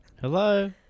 Hello